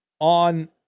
on